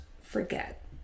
forget